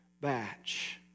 batch